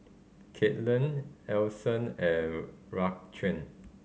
Kailyn Alyson and Raquan